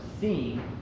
seeing